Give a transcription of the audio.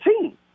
team